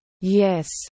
Yes